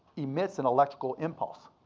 emits an electrical impulse.